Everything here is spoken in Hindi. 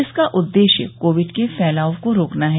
इसका उद्देश्य कोविड के फैलाव को रोकना है